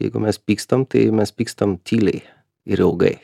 jeigu mes pykstam tai mes pykstam tyliai ir ilgai